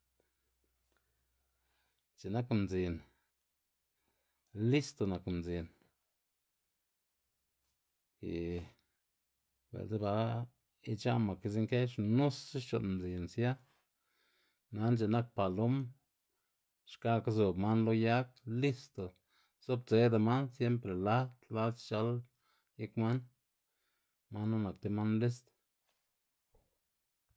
X̱i'k nak mdzin listo nak mdzin y bi'ldza ba ic̲h̲a' mak izinkë xnusa xc̲h̲o'n mdzin sia, nana c̲h̲inak palom xkaka zob man lo gag listo dzobdzeda man syempre lad lad xc̲h̲al gik man, man knu nak tib man list.